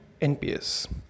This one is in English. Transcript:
NPS